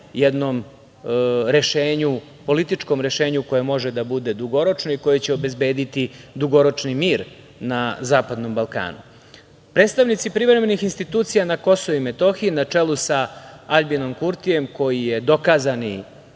jednom političkom rešenju koje može da bude dugoročno i koje će obezbediti dugoročni mir na zapadnom Balkanu. Predstavnici privremenih institucija na KiM, na čelu sa Aljbinom Kurtijem koji je dokazani